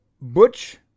butch